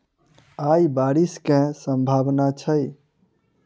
आय बारिश केँ सम्भावना छै?